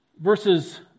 verses